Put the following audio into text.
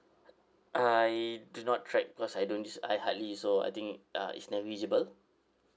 I do not track cause I don't use I hardly use so I think uh it's negligible